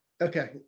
okay